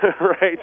right